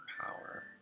power